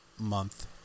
month